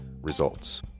results